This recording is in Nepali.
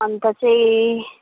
अन्त चाहिँ